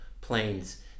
planes